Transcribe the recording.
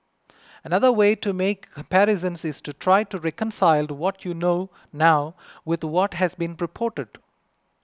another way to make comparisons is to try to reconcile what you know now with what has been reported